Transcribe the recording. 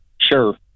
sure